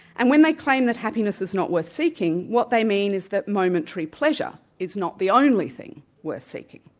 and when they claim that happiness is not worth seeking, what they mean is that momentary pleasure is not the only thing worth seeking.